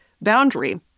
boundary